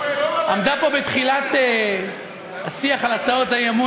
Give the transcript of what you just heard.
עמדה פה בתחילת השיח על הצעות האי-אמון